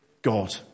God